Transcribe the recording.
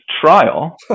trial